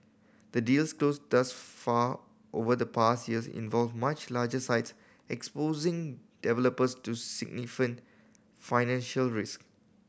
the deals closed thus far over the past years involved much larger sites exposing developers to financial risk